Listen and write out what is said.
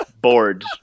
bored